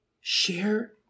share